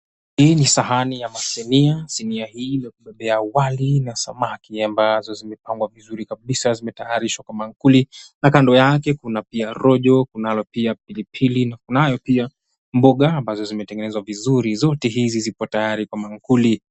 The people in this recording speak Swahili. Hii ni sahani ama sinia sania hii ya wali na samaki ambazo zimepangwa vizuri kabisa zimetaarishwa kwa maankuli kando yake pia kuna rojo na pilipili kunayo pia mboga zimetengenezwa vizuri ziko tayari kwa maankuli.